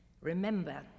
Remember